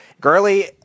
Gurley